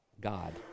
God